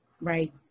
right